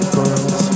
girls